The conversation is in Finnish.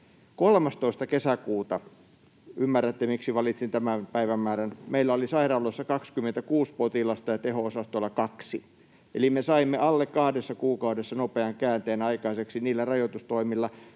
13. kesäkuuta — ymmärrätte, miksi valitsin tämän päivämäärän — meillä oli sairaaloissa 26 potilasta ja teho-osastoilla 2, eli me saimme alle kahdessa kuukaudessa aikaiseksi nopean käänteen niillä rajoitustoimilla.